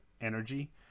energy